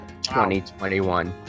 2021